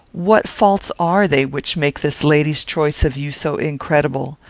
what faults are they which make this lady's choice of you so incredible?